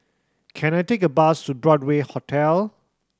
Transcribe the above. can I take a bus to Broadway Hotel